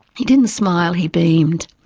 he didn't smile, he beamed.